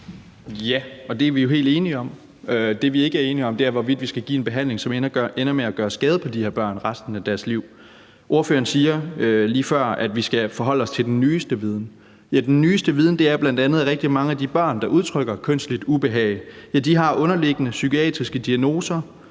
(DF): Ja, og det er vi jo helt enige om. Det, vi ikke er enige om, er, hvorvidt vi skal give en behandling, som ender med at gøre skade på de her børn resten af deres liv. Ordføreren sagde lige før, at vi skal forholde os til den nyeste viden. Den nyeste viden er bl.a., at rigtig mange af de børn, der udtrykker kønsligt ubehag, har underliggende psykiatriske diagnoser